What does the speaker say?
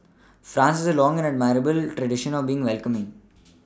France has a long and admirable tradition of being welcoming